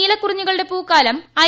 നീലക്കുറിഞ്ഞികളുടെ പൂക്കാല്ം ഐ